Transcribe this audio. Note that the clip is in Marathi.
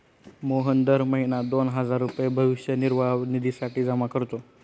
मोहन दर महीना दोन हजार रुपये भविष्य निर्वाह निधीसाठी जमा करतो